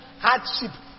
hardship